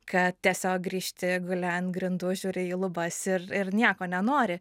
kad tiesiog grįžti guli ant grindų žiūri į lubas ir ir nieko nenori